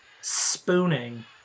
spooning